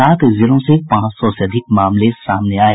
सात जिलों से पांच सौ से अधिक मामले सामने आये